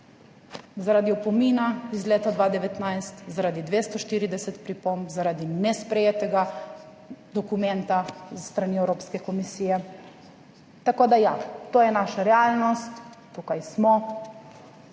zaradi opomina iz leta 2019, zaradi 240 pripomb, zaradi nesprejetega dokumenta s strani Evropske komisije. Tako da ja, to je naša realnost, tukaj smo.